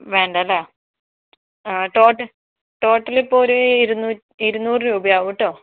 വേണ്ടല്ലേ ആ ട്ടോട്ട് ട്ടോട്ടൽ ഇപ്പം ഒരു ഇരുന്നൂറ്റി ഇരുന്നൂറ് രൂപയാവും കേട്ടോ